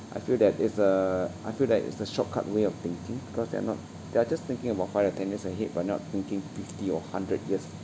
I feel that it's uh I feel that it's a shortcut way of thinking because they're not they are just thinking about five year ten years ahead but not thinking fifty or a hundred years